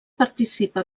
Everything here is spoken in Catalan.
participa